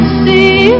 see